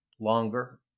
longer